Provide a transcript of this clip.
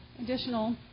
Additional